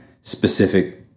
specific